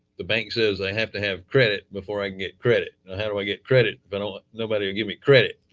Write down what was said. the bank says i have to have credit before i get credit and how do i get credit but nobody would give me credit.